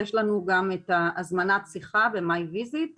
יש לנו גם את הזמנת שיחה ב-myVisit ,